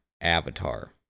avatar